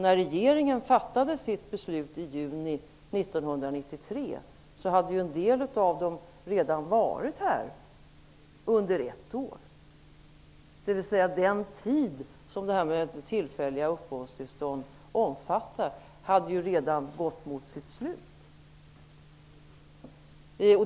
När regeringen fattade sitt beslut i juni 1993 hade en del av dem redan varit här under ett år. Den period som tillfälliga uppehållstillstånd gäller för hade redan gått mot sitt slut.